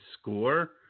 score